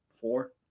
four